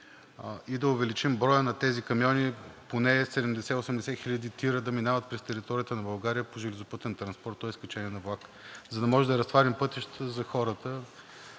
и да увеличим броя на тези камиони – поне 70 – 80 хиляди ТИР-а да минават през територията на България по железопътен транспорт, тоест качени на влак, за да можем да разтоварим пътищата за хората